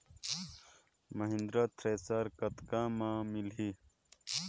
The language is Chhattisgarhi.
महिंद्रा थ्रेसर कतका म मिलही?